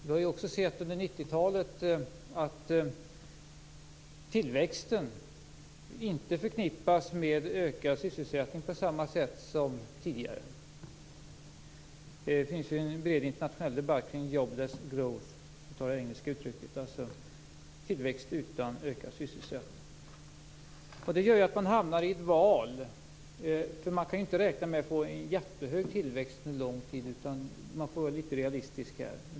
Vi har under 90-talet sett att tillväxten inte förknippas med ökad sysselsättning på samma sätt som tidigare. Det finns en bred internationell debatt kring "jobless growth" för att ta det engelska uttrycket, alltså tillväxt utan ökad sysselsättning. Det gör att man hamnar i ett val. Man kan inte räkna med att få en jättehög tillväxt under lång tid, utan man får vara litet realistisk här.